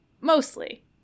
mostly